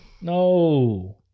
No